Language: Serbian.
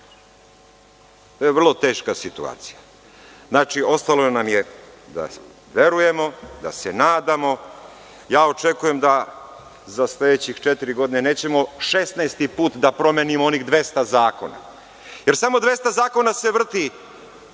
To je vrlo teška situacija. Znači, ostalo nam je da verujemo, da se nadamo. Ja očekujem da za sledeće četiri godine nećemo šesnaesti put da promenimo onih 200 zakona jer samo 200 zakona se vrti